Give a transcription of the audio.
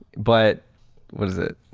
but what is it?